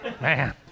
Man